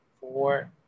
four